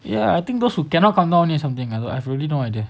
ya I think those who cannot come down only or something I have really no idea